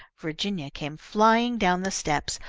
virginia came flying down the steps,